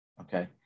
Okay